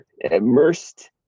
immersed